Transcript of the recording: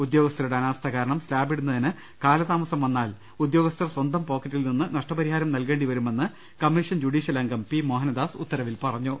ഉദ്യോഗസ്ഥരുടെ അനാസ്ഥ കാർണം സ്ലാബിടുന്നതിന് കാലതാമസം വന്നാൽ ഉദ്യോഗസ്ഥർ സ്വന്തം പോക്കറ്റിൽ നിന്ന് നഷ്ടപരിഹാരം നൽകേണ്ടിവരുമെന്ന് കൃമ്മീഷൻ ജുഡീഷ്യൽ അംഗം പി മോഹന ദാസ് ഉത്തരവിൽ പറഞ്ഞു